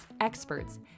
experts